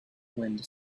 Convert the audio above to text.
wind